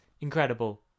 Incredible